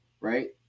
right